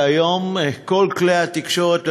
והיום כל כלי התקשורת,